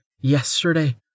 yesterday